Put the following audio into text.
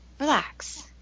relax